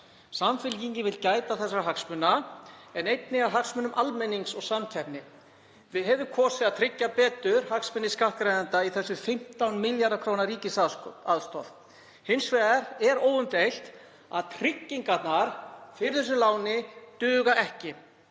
Samfylkingin vill gæta þessara hagsmuna en einnig að hagsmunum almennings og samkeppni. Við hefðum kosið að tryggja betur hagsmuni skattgreiðenda í þessari 15 milljarða kr. ríkisaðstoð. Hins vegar er óumdeilt að tryggingarnar fyrir þessu láni duga ekki.